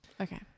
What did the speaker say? okay